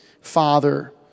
Father